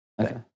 okay